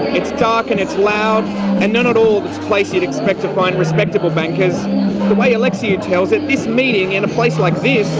it's dark and it's loud and not at all the place you'd expect to find respectable bankers. the way alexiou tells it, this meeting, in a place like this,